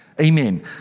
Amen